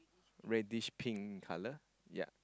reddish pink in colour ya